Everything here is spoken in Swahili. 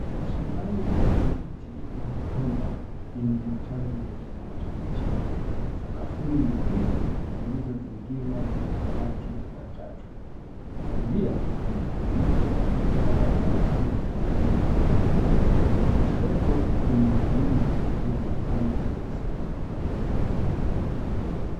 shambani ni miti ya migomba yenye matawi ya kijani kibichi, sakafuni ni ndizi zilizo zingirwa na watu watatu ,kulia ni mwanamke aliyevaa koti ya rangi ya kahawa, kushoto ni mwanaume aliye na nguo nyeusi.